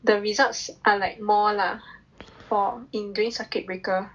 the results are like more lah for in during circuit breaker